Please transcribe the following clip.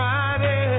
Friday